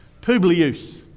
Publius